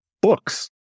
books